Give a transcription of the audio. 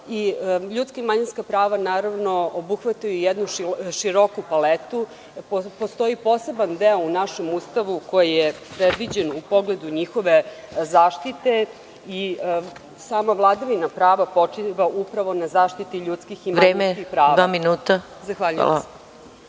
Ljudska i manjinska prava obuhvataju jednu široku paletu. Postoji poseban deo u našem Ustavu koji je predviđen u pogledu njihove zaštite i sama vladavina prava počiva upravo na zaštiti ljudskih i manjinskih prava…(Predsednik: Vreme, dva minuta.)Zahvaljujem